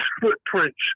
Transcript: footprints